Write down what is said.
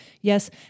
Yes